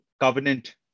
covenant